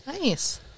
Nice